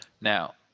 Now